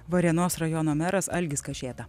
varėnos rajono meras algis kašėta